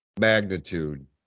magnitude